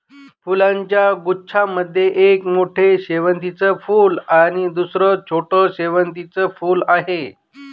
फुलांच्या गुच्छा मध्ये एक मोठं शेवंतीचं फूल आणि दुसर छोटं शेवंतीचं फुल आहे